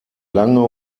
lange